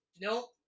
Nope